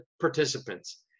participants